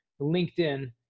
LinkedIn